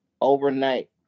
overnight